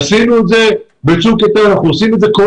עשינו את זה בצוק איתן ואנחנו עושים את זה כל